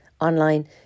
online